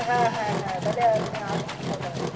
হ্যাঁ হ্যাঁ হ্যাঁ তাহলে আপনি আসুন কথা হবে